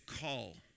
call